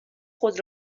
خود